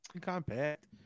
compact